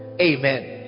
Amen